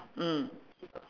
mm